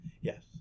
Yes